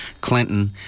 Clinton